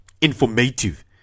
Informative